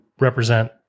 represent